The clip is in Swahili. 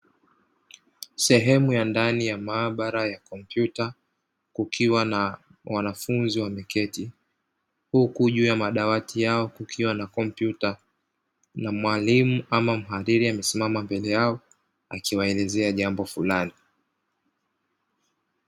Sehemu ya ndani ya maabara ya kompyuta kukiwa na wanafunzi wameketi, huku juu ya madawati yao kukiwa na kompyuta na mwalimu ama mhandhiri amesimama mbele yao; akiwaelezea jambo fulani.